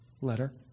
letter